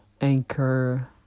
Anchor